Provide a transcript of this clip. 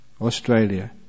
Australia